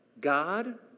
God